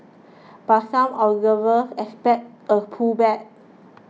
but some observers expect a pullback